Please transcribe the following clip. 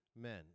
men